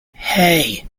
hey